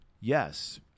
Yes